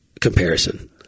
comparison